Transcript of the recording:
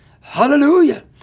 Hallelujah